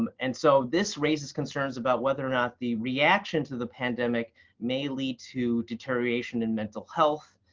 um and so this raises concerns about whether or not the reaction to the pandemic may lead to deterioration in mental health,